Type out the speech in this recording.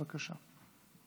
בבקשה.